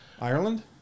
Ireland